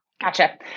Gotcha